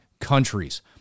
countries